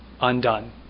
undone